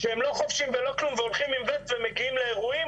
שהם לא חובשים ולא כלום והם מגיעים לאירועים,